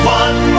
one